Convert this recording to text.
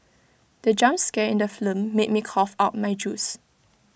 the jump scare in the film made me cough out my juice